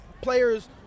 players